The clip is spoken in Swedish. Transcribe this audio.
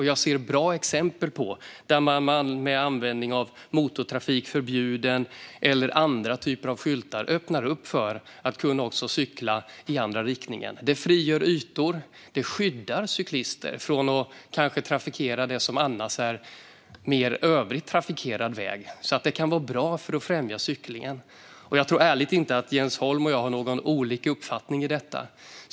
Jag ser bra exempel på att man med skyltar märkta "motortrafik förbjuden" eller andra typer av skyltar öppnar för möjligheten att också cykla i andra riktningen. Det frigör ytor. Det skyddar cyklister från att kanske trafikera andra trafikerade vägar. Det kan vara bra för att främja cyklingen. Jag tror ärligt inte att Jens Holm och jag har olika uppfattningar i fråga om detta.